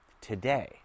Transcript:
Today